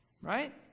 Right